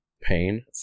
pain